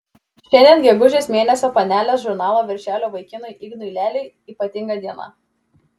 šiandien gegužės mėnesio panelės žurnalo viršelio vaikinui ignui leliui ypatinga diena